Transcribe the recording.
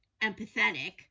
empathetic